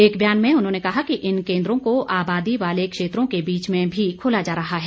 एक बयान में उन्होंने कहा कि इन केन्द्रों को आबादी वाले क्षेत्रों के बीच में भी खोला जा रहा है